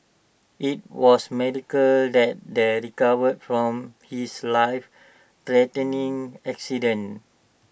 IT was miracle that he recovered from his lifethreatening accident